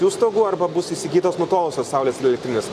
jų stogų arba bus įsigytos nutolusios saulės elektrinės